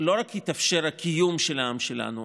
לא רק התאפשר הקיום של העם שלנו,